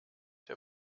der